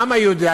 העם היהודי,